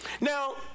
Now